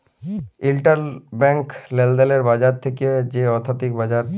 interbank লেলদেলের বাজার হছে সে আথ্থিক বাজার যেখালে ব্যাংকরা একে অপরেল্লে টাকা ধার লেয়